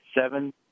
seven